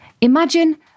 Imagine